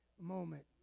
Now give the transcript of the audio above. moment